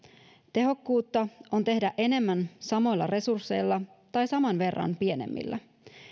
tehokkuutta on tehdä enemmän samoilla resursseilla tai saman verran pienemmillä